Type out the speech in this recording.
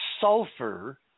sulfur